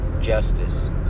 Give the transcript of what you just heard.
justice